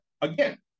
again